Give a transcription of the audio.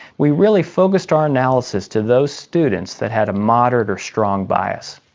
we really focused our analysis to those students that had a moderate or strong bias.